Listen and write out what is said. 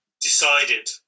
decided